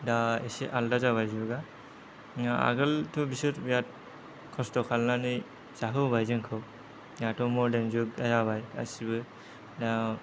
दा एसे आलदा जाबाय जुगा आगोलायथ' बिसोर बेराद खस्त खालायनानै जाहोबोबाय जोंखौ दाथ' मर्डान जुग जाबाय गासिबो